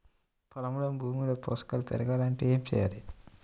పొలంలోని భూమిలో పోషకాలు పెరగాలి అంటే ఏం చేయాలి?